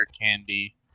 candy